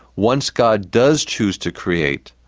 once god does choose to create,